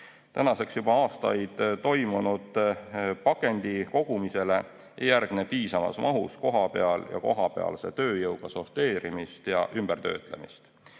kohapeal. Juba aastaid toimunud pakendikogumisele ei järgne piisavas mahus kohapeal ja kohapealse tööjõuga sorteerimist ja töötlemist.